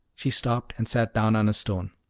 she stopped and sat down on a stone.